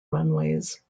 runways